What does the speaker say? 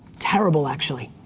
terrible actually.